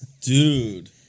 Dude